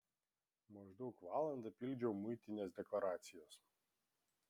maždaug valandą pildžiau muitinės deklaracijas